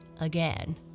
again